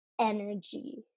energy